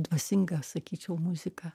dvasinga sakyčiau muzika